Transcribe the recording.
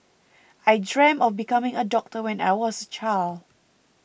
I dreamt of becoming a doctor when I was a child